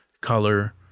color